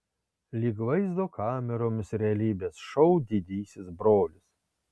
lyg vaizdo kameromis realybės šou didysis brolis